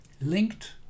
linked